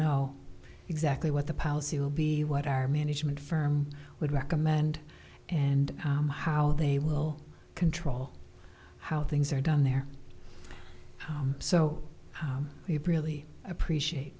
know exactly what the policy will be what our management firm would recommend and how they will control how things are done there so we really appreciate